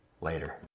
Later